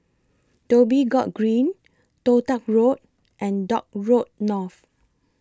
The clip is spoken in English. Dhoby Ghaut Green Toh Tuck Road and Dock Road North